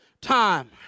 time